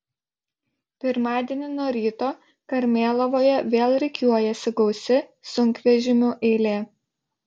pirmadienį nuo ryto karmėlavoje vėl rikiuojasi gausi sunkvežimių eilė